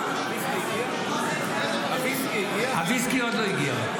הוויסקי עוד לא הגיע.